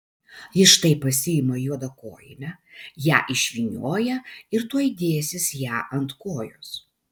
jis štai pasiima juodą kojinę ją išvynioja ir tuoj dėsis ją ant kojos